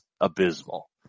abysmal